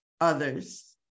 others